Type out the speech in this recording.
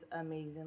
amazing